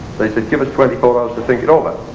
they said give us twenty four hours to think it over